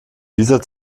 dieser